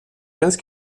quinze